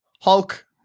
Hulk